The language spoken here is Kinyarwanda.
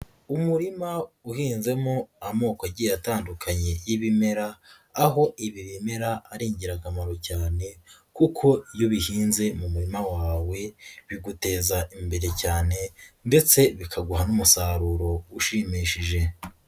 Umurima uhinzemo amokogi atandukanye y'ibimera, aho ibi bimera ari ingirakamaro cyane kuko iyo bihinze mu murima wawe, biguteza imbere cyane ndetse bikaguha n'umusaruro ushimishije.